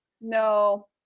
No